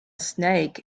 snake